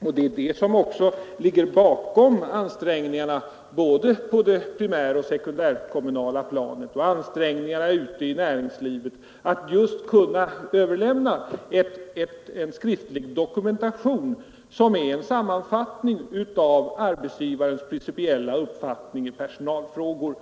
Det är också dessa svårigheter som ligger bakom ansträngningarna både på det primäroch sekundärkommunala planet och ute i näringslivet att åstadkomma en skriftlig dokumentation, som är en sammanfattning av arbetsgivarens principiella uppfattning i personalfrågor.